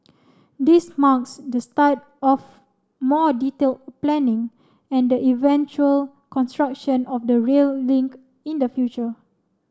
this marks the start of more detailed planning and the eventual construction of the rail link in the future